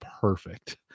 perfect